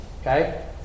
Okay